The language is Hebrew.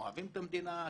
אוהבים את המדינה,